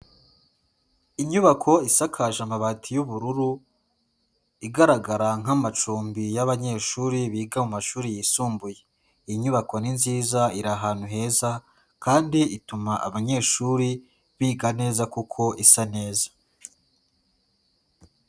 Inyubako isakaje amabati y'ubururu, igaragara nk'amacumbi y'abanyeshuri biga mu mashuri yisumbuye. Iyi inyubako ni nziza iri ahantu heza, kandi ituma abanyeshuri biga neza kuko isa neza.